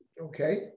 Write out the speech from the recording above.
okay